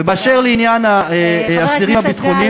ובאשר לעניין האסירים הביטחוניים,